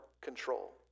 control